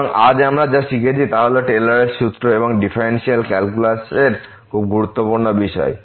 সুতরাং আজ আমরা যা শিখেছি তা হল টেলরের সূত্র এবং ডিফারেনশিয়াল ক্যালকুলাসের খুব গুরুত্বপূর্ণ বিষয়